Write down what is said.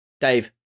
Dave